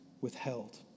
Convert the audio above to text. withheld